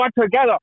together